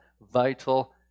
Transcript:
vital